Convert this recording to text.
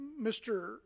Mr